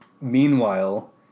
Meanwhile